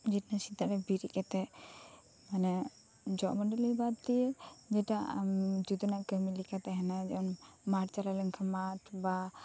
ᱡᱮ ᱥᱮᱛᱟᱜ ᱨᱮ ᱵᱮᱨᱮᱫ ᱠᱟᱛᱮᱫ ᱢᱟᱱᱮ ᱡᱚᱜ ᱜᱤᱰᱤ ᱢᱳᱰᱳᱞᱤ ᱵᱟᱫᱽ ᱫᱤᱭᱮ ᱡᱮᱴᱟ ᱡᱚᱛᱚᱱᱟᱜ ᱠᱟᱢᱤ ᱞᱮᱠᱟ ᱛᱟᱦᱮᱸᱱᱟ ᱡᱮᱢᱚᱱ ᱢᱟᱴᱷ ᱪᱟᱞᱟᱣ ᱞᱮᱱ ᱠᱷᱟᱱ ᱢᱟᱴᱷ ᱵᱟ